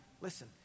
listen